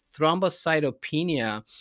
thrombocytopenia